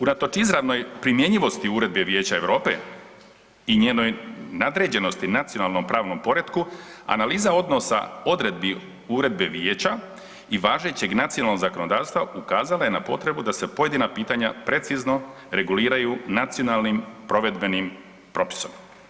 Unatoč izravnoj primjenjivosti uredbe Vijeća Europe i njenoj nadređenosti nacionalno-pravnom poretku, analiza odnosa odredbi uredbe Vijeća i važećeg nacionalnog zakonodavstva, ukazala je na potrebu da se pojedina pitanja precizno reguliraju nacionalnim provedbenim propisom.